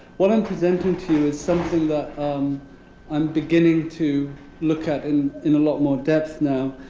what i'm presenting to you is something that um i'm beginning to look at in in a lot more depth now.